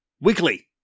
weekly